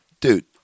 Dude